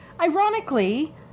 ironically